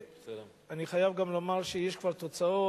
אני חייב גם לומר שיש כבר תוצאות.